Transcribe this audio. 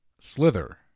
Slither